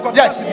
yes